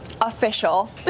official